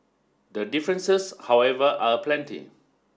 the differences however are aplenty